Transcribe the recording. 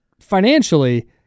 financially